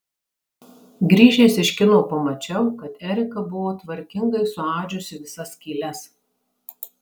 grįžęs iš kino pamačiau kad erika buvo tvarkingai suadžiusi visas skyles